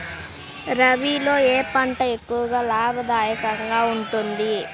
రబీలో ఏ పంట ఎక్కువ లాభదాయకంగా ఉంటుంది?